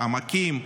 העמקים,